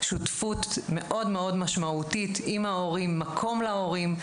בשותפות מאוד משמעותית עם ההורים ועם מקום להורים.